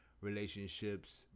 relationships